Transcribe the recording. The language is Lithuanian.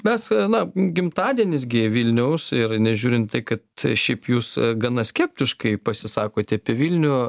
mes na gimtadienis gi vilniaus ir nežiūrint kad šiaip jūs gana skeptiškai pasisakote apie vilnių